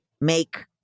make